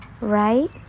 right